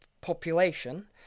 population